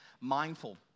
mindful